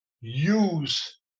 use